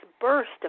burst